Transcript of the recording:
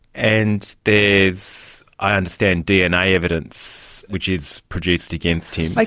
and there is, i understand, dna evidence which is produced against him. like